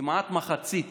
כמעט מחצית